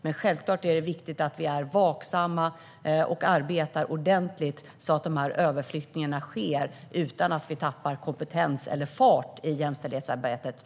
Men självklart är det viktigt att vi är vaksamma och arbetar ordentligt så att dessa överflyttningar sker utan att vi tappar kompetens eller fart i jämställdhetsarbetet.